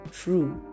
true